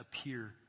appear